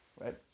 right